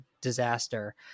disaster